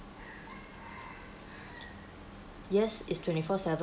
yes it's twenty four seven